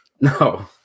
No